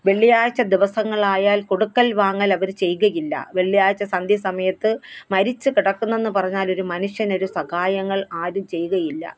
വെള്ളിയാഴ്ച്ച ദിവസങ്ങളായാല് കൊടുക്കല് വാങ്ങല് അവർ ചെയ്യുകയില്ല വെള്ളിയാഴ്ച്ച സന്ധ്യസമയത്ത് മരിച്ചു കിടക്കുന്നെന്ന് പറഞ്ഞാല് ഒരു മനുഷ്യന് ഒരു സഹായങ്ങള് ആരും ചെയ്യുകയില്ല